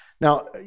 Now